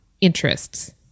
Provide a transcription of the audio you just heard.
interests